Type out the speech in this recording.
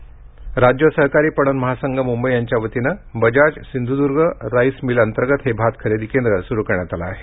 महाराष्ट्र राज्य सहकारी पणन महासंघ मुंबई यांच्या वतीनं बजाज सिंधूद्र्ग राईल मिलअंतर्गत हे भात खरेदी केंद्र सुरू करण्यात आले आहे